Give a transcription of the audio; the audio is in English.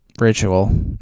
ritual